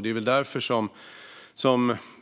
Det är därför